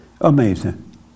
Amazing